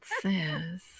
says